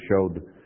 showed